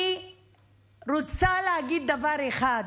אני רוצה להגיד דבר אחד: